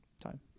time